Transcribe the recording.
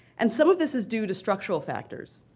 and some of this is due to structural factors,